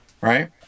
right